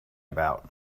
about